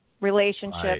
Relationship